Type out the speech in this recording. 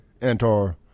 Antar